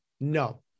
No